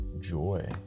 joy